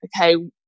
okay